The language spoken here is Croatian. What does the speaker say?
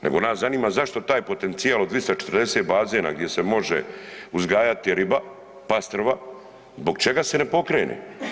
Nego nas zanima zašto taj potencijal od 240 bazena gdje se može uzgajati riba pastrva zbog čega se ne pokrene?